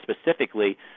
specifically